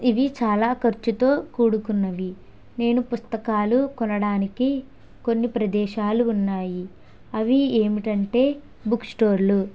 ఇవి చాలా ఖర్చుతో కూడుకున్నవి నేను పుస్తకాలు కొనడానికి కొన్ని ప్రదేశాలు ఉన్నాయి అవి ఏమిటంటే బుక్ స్టోర్లు